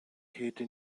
käthe